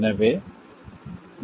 எனவே VS ஆனது 5